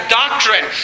doctrine